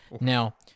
Now